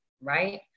right